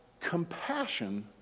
compassion